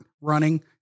running